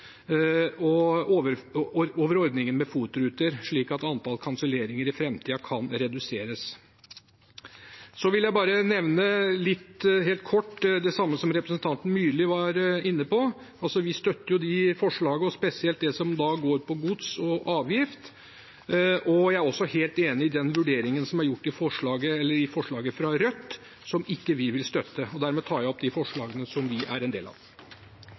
staten over ordningen med FOT-ruter, slik at antall kanselleringer i framtiden kan reduseres. Jeg vil nevne helt kort noe om det samme som representanten Myrli var inne på. Vi støtter forslagene, og spesielt det som går på gods og avgift. Jeg er også helt enig i den vurderingen som er gjort av forslaget fra Rødt, som vi ikke vil støtte. Det tas inn stadig mer i bane- og